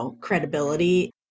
credibility